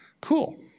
cool